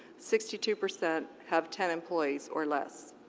sixty-two percent have ten employees or less.